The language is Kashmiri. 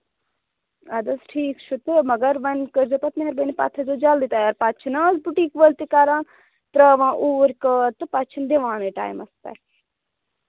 اَدٕ حظ ٹھیٖک چھُ تہٕ مگر وۅنۍ کٔرۍ زیٚو پَتہٕ مہربٲنی پَتہٕ تھٲے زیو جلدی تَیار پَتہٕ چھِنا آز بُٹیٖک وٲلۍ تہِ کَران ترٛاوان اوٗرۍ کار تہٕ پَتہٕ چھِنہٕ دِوان ٹایمَس پٮ۪ٹھ